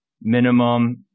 minimum